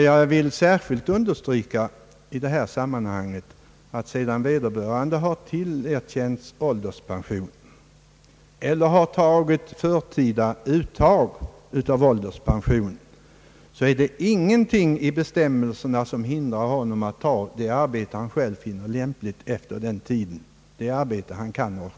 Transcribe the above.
Jag vill i detta sammanhang särskilt understryka att sedan vederbörande har tillerkänts ålderspension eller har gjort ett förtida uttag av den är det ingenting i bestämmelserna som hindrar honom att ta det arbete han själv finner lämpligt, dvs. det arbete han orkar med.